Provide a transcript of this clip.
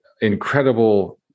incredible